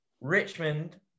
Richmond